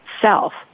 self